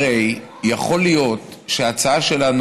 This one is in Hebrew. הרי יכול להיות שההצעה שלנו,